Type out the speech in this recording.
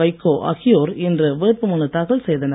வைகோ ஆகியோர் இன்று வேட்புமனு தாக்கல் செய்தனர்